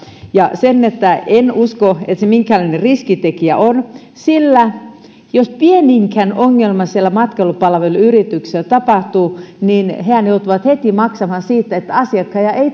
en usko että se minkäänlainen riskitekijä on sillä jos pieninkään ongelma siellä matkailupalveluyrityksessä tapahtuu niin hehän joutuvat heti maksamaan siitä että asiakkaita ei